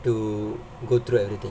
to go through everything